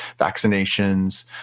vaccinations